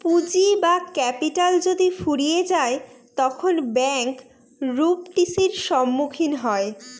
পুঁজি বা ক্যাপিটাল যদি ফুরিয়ে যায় তখন ব্যাঙ্ক রূপ টি.সির সম্মুখীন হয়